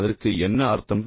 அதற்கு என்ன அர்த்தம்